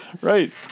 Right